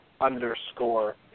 underscore